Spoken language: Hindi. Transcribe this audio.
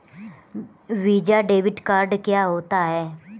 वीज़ा डेबिट कार्ड क्या होता है?